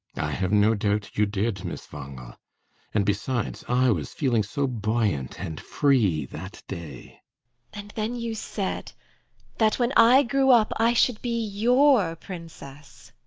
have no doubt you did, miss wangel and besides i was feeling so buoyant and free that day and then you said that when i grew up i should be your princess.